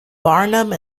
barnum